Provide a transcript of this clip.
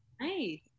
Nice